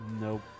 Nope